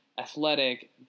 athletic